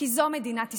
כי זאת מדינת ישראל.